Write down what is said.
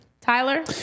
Tyler